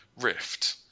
Rift